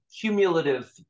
cumulative